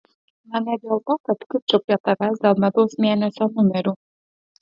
na ne dėl to kad kibčiau prie tavęs dėl medaus mėnesio numerių